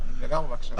בהקשבה.